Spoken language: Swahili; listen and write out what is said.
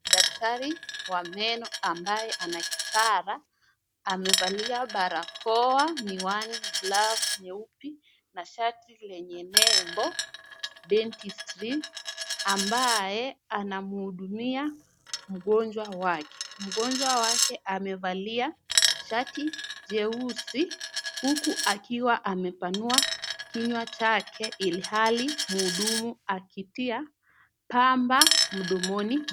Daktari wa meno ambaye ana kipara amevalia barakoa, miwani glovu nyeupe na shati lenye nebo Dentist ambaye anahudumia mngojwa wake. Mngojwa waake amevalia shati jeusi huku akiwa amepanua kinywa chake ilihali mhudumu akitia pamba mdomoni.